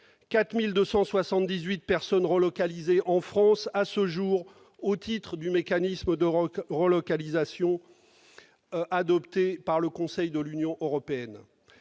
4 200 personnes ont été relocalisées en France à ce jour au titre du mécanisme de relocalisation adopté par le Conseil de l'Union européenne.